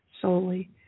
solely